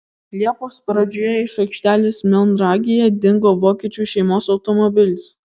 liepos pradžioje iš aikštelės melnragėje dingo vokiečių šeimos automobilis